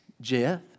Jeff